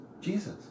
jesus